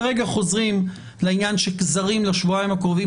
כרגע חוזרים לעניין שזרים בשבועיים הקרובים